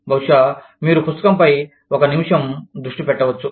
బహుశా మీరు పుస్తకంపై ఒక నిమిషం దృష్టి పెట్టవచ్చు